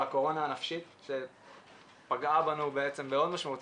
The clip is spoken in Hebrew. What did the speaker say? על הקורונה הנפשית שפגעה בנו בצורה מאוד משמעותית